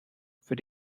für